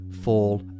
fall